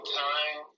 time